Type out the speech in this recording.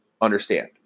Understand